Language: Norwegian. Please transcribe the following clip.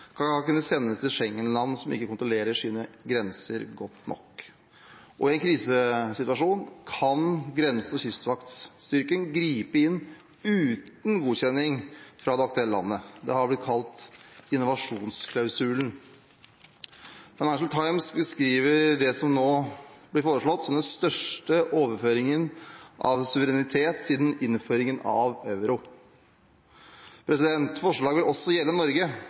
skal kunne sendes til Schengen-land som ikke kontrollerer sine grenser godt nok. Og i en krisesituasjon kan grense- og kystvaktstyrken gripe inn uten godkjenning fra det aktuelle landet. Det har blitt kalt «innovasjonsklausulen». Financial Times beskriver det som nå blir foreslått, som den største overføringen av suverenitet siden innføringen av euro. Forslaget vil også gjelde Norge